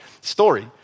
story